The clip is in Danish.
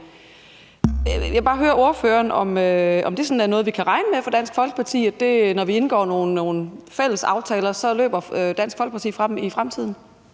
Jeg vil bare høre ordføreren, om det sådan er noget, vi kan regne med fra Dansk Folkeparti, altså at når vi indgår nogle fælles aftaler, så løber Dansk Folkeparti fra dem i fremtiden.